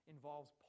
involves